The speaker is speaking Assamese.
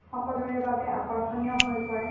সকলোৰে বাবে আকৰ্ষণীয় হৈ পৰে